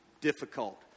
difficult